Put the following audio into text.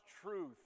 truth